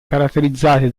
caratterizzati